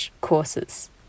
courses